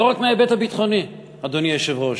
לא רק מההיבט הביטחוני, אדוני היושב-ראש,